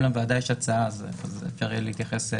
אם יש לוועדה הצעה אפשר יהיה להתייחס אליה.